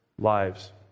lives